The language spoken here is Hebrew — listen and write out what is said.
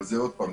אבל עוד פעם,